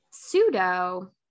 Pseudo